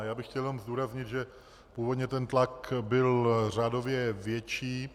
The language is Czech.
Já bych chtěl jenom zdůraznit, že původně ten tlak byl řádově větší.